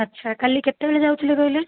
ଆଚ୍ଛା କାଲି କେତେବେଳେ ଯାଉଥିଲେ କହିଲେ